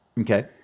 okay